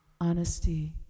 honesty